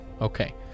Okay